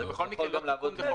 זה יכול גם לעבוד בלי זה.